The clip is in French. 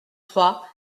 trois